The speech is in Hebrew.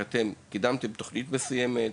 זה שקידמתם תוכנית מסוימת,